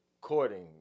courting